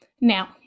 Now